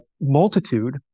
multitude